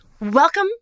welcome